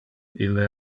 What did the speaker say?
ille